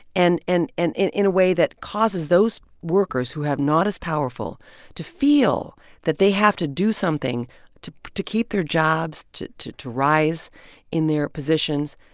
and and and in in a way that causes those workers who have not as powerful to feel that they have to do something to to keep their jobs, to to rise in their positions.